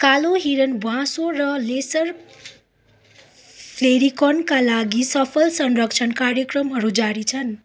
कालो हिरण ब्वाँसो र लेस्सर फ्लेरिकनका लागि सफल संरक्षण कार्यक्रमहरू जारी छन्